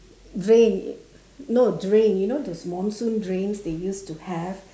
drain no drain you know those monsoon drains they used to have